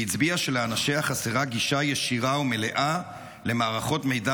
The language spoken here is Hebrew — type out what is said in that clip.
והצביע שלאנשיה חסרה גישה ישירה ומלאה למערכות מידע